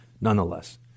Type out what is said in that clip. nonetheless